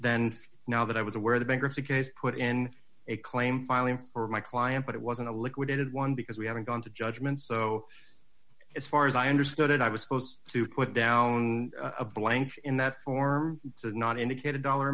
for now that i was aware the bankruptcy case put in a claim filing for my client but it wasn't a liquidated one because we haven't gone to judgment so as far as i understood it i was supposed to quote down a blank in that form does not indicate a dollar